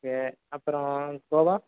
okay அப்புறம் கோவா